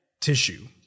tissue